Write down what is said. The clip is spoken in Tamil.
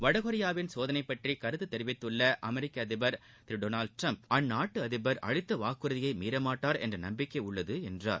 வடகொரியாவின் சோதனை பற்றி கருத்து தெரிவித்துள்ள அமெரிக்க அதிபர் திரு டெனால்ட் ட்ரம்ப் அந்நாட்டு அதிபர் அளித்த வாக்குறுதியை மீறமாட்டார் என்ற நம்பிக்கை உள்ளது என்றார்